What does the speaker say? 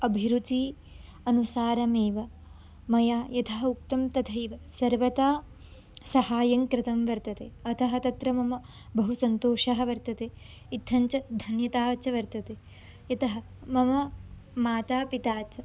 अभिरुचि अनुसारमेव मया यथा उक्तं तथैव सर्वथा सहायं कृतं वर्तते अतः तत्र मम बहु सन्तोषः वर्तते इत्थं च धन्यता च वर्तते यतः मम माता पिता च